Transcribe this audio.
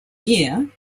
year